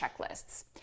checklists